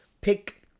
pick